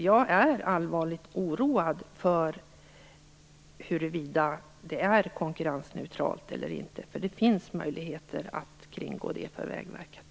Jag är allvarligt oroad för huruvida det råder konkurrensneutralitet eller inte. Det finns möjligheter för Vägverket att kringgå detta.